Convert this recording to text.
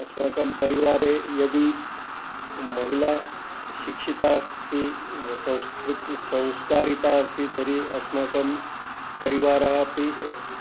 अस्माकं परिवारे यदि महिला शिक्षिता अस्ति व् संस्कृत् संस्कारिता अस्ति तर्हि अस्माकं परिवारः अपि